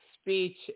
speech